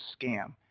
Scam